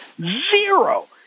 Zero